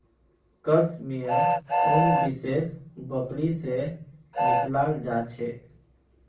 कश मेयर उन विशेष बकरी से निकलाल जा छे